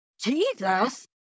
Jesus